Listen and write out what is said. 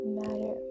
matter